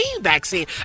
vaccine